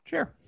Sure